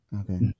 Okay